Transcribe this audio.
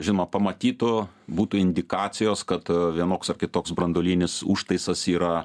žinoma pamatytų būtų indikacijos kad vienoks ar kitoks branduolinis užtaisas yra